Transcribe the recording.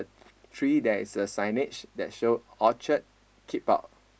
tree there is a signage that show Orchard keep out